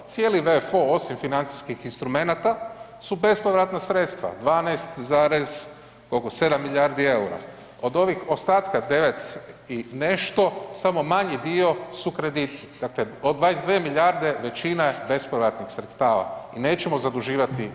Cijeli VFO osim financijskih instrumenata su bespovratna sredstva, 12,7 milijardi EUR-a, od ovih ostatka 9 i nešto samo manji dio su krediti, dakle od 22 milijarde većina je bespovratnih sredstava i nećemo zaduživati